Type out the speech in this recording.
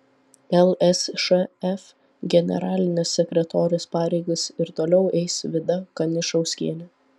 lsšf generalinės sekretorės pareigas ir toliau eis vida kanišauskienė